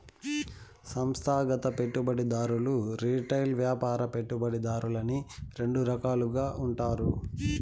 సంస్థాగత పెట్టుబడిదారులు రిటైల్ వ్యాపార పెట్టుబడిదారులని రెండు రకాలుగా ఉంటారు